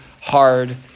hard